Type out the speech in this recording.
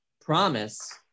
promise